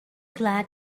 glad